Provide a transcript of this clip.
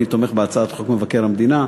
אני תומך בהצעת החוק לתיקון חוק מבקר המדינה.